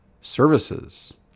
services